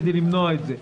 כדי למנוע את זה.